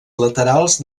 laterals